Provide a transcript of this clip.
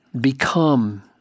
Become